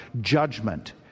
judgment